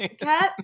Cat